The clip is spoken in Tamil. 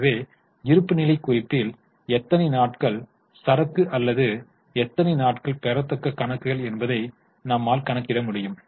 எனவே இருப்புநிலைக் குறிப்பில் எத்தனை நாட்கள் சரக்கு அல்லது எத்தனை நாட்கள் பெறத்தக்க கணக்குகள் என்பதை நம்மால் கணக்கிட முடியும்